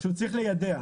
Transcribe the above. הוא צריך ליידע.